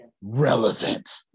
relevant